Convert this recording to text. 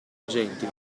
agenti